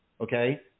okay